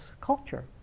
culture